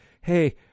hey